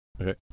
Okay